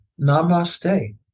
Namaste